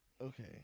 Okay